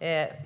ges.